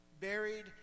buried